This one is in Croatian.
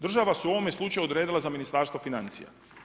Država su u ovome slučaju odredila za Ministarstva financija.